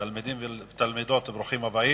תלמידות ותלמידות, ברוכים הבאים.